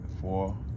four